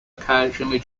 occasionally